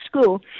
school